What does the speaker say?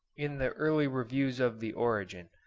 in the early reviews of the origin,